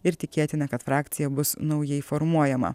ir tikėtina kad frakcija bus naujai formuojama